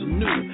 new